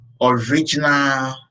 original